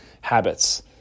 habits